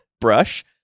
brush